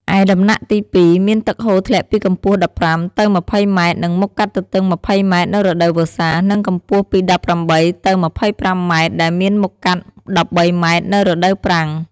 ឯដំណាក់ទី២ មានទឹកហូរធ្លាក់ពីកម្ពស់ ១៥ ទៅ ២០ម៉ែត្រ និង មុខកាត់ទទឹង ២០ម៉ែត្រនៅរដូវវស្សា និងកម្ពស់ពី១៨ ទៅ ២៥ម៉ែត្រ ដែលមានមុខកាត់១៣ម៉ែត្រ នៅរដូវប្រាំង។